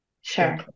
Sure